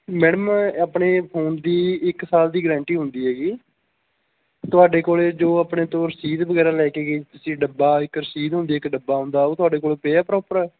madam ਆਪਣੇ phone ਦੀ ਇੱਕ ਸਾਲ ਦੀ ਗਰੰਟੀ ਹੁੰਦੀ ਹੈਗੀ ਤੁਹਾਡੇ ਕੋਲ ਜੋ ਆਪਣੇ ਤੋਂ ਰਸੀਦ ਵਗੈਰਾ ਲੈ ਕੇ ਗਏ ਤੁਸੀਂ ਡੱਬਾ ਇੱਕ ਰਸੀਦ ਹੁੰਦੀ ਇੱਕ ਡੱਬਾ ਹੁੰਦਾ ਉਹ ਤੁਹਾਡੇ ਕੋਲ ਪਿਆ ਪ੍ਰੋਪਰ